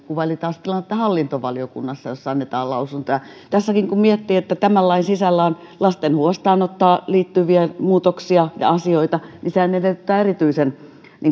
kuvaili taas tilannetta hallintovaliokunnassa jossa annetaan lausuntoja kun tässäkin miettii että tämän lain sisällä on lasten huostaanottoon liittyviä muutoksia ja asioita niin sehän edellyttää erityisen